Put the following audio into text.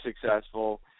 successful